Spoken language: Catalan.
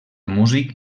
músic